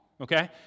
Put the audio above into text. Okay